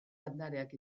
landareak